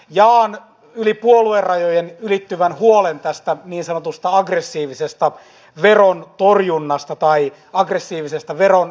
jaan yli puoluerajojen ylittyvän huolen tästä niin sanotusta aggressiivisesta verontorjunnasta tai aggressiivisesta veronvälttelystä